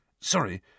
Sorry